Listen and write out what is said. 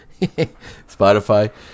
Spotify